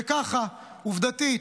וככה, עובדתית,